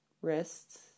wrists